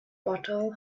bottle